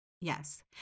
Yes